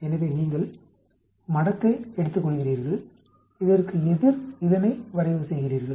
எனவே நீங்கள் மடக்கை எடுத்துக்கொள்கிறீர்கள்இதற்கு எதிர் இதனை வரைவு செய்கிறீர்கள்